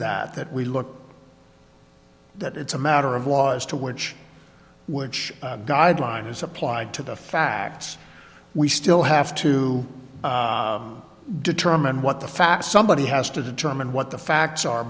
that that we look at that it's a matter of law as to which which guideline is applied to the facts we still have to determine what the facts somebody has to determine what the facts are